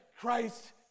Christ